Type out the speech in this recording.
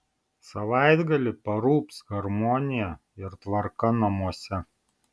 savaitgalį parūps harmonija ir tvarka namuose